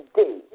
day